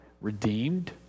redeemed